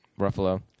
Ruffalo